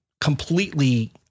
completely